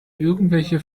irgendwelche